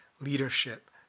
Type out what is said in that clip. leadership